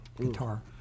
guitar